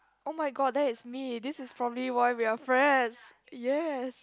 oh-my-god that is me this is probably why we are friends yes